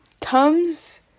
comes